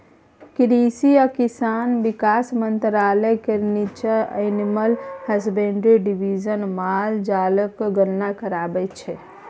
कृषि आ किसान बिकास मंत्रालय केर नीच्चाँ एनिमल हसबेंड्री डिबीजन माल जालक गणना कराबै छै